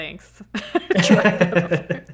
thanks